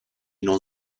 non